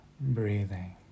Breathing